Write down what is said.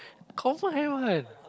confirm have [one]